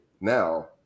now